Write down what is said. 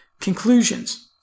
conclusions